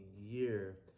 year